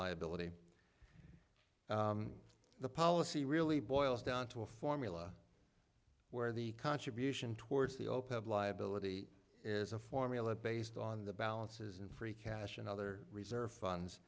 liability the policy really boils down to a formula where the contribution towards the open liability is a formula based on the balances in free cash and other reserve funds